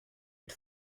mit